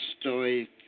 story